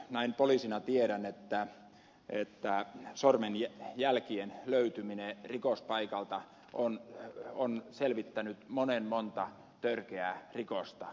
näin poliisina tiedän että sormenjälkien löytyminen rikospaikalta on selvittänyt monen monta törkeää rikosta